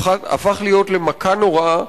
הפך להיות למכה נוראה.